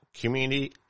Community